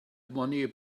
money